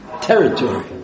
territory